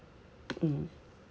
mm